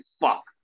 fuck